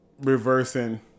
reversing